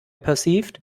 perceived